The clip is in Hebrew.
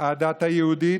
הדת היהודית,